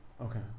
Okay